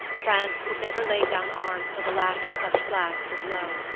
france could never lay down arms till the last of such flags was low.